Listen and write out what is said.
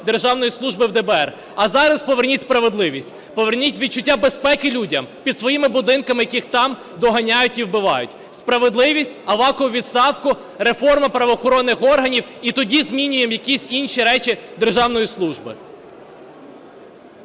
державної служби в ДБР. А зараз поверніть справедливість, поверніть відчуття безпеки людям під своїми будинками, яких там доганяють і вбивають. Справедливість, Авакова у відставку, реформа правоохоронних органів – і тоді змінюємо якісь інші речі державної служби.